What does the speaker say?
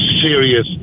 serious